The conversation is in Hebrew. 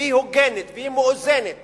והיא הוגנת, והיא מאוזנת